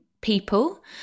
people